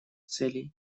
целей